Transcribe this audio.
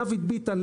דוד ביטן,